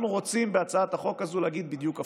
אנחנו רוצים בהצעת החוק הזאת להגיד בדיוק הפוך: